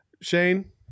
Shane